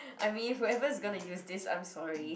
I mean whoever's gonna use this I'm sorry